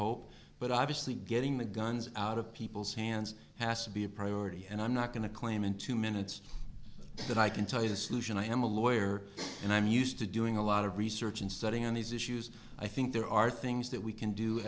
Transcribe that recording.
hope but obviously getting the guns out of people's hands has to be a priority and i'm not going to claim in two minutes that i can tell you the solution i am a lawyer and i'm used to doing a lot of research and studying on these issues i think there are things that we can do